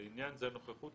לעניין זה, נוכחות